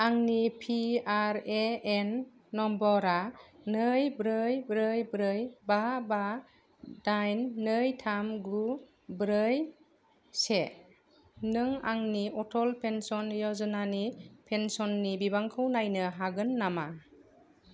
आंनि PRAN number आ नै ब्रै ब्रै ब्रै बा बा दाइन नै थाम गु ब्रै से नों आंनि अटल पेन्सन यजनानि पेन्सननि बिबांखौ नायनो हागोन नामा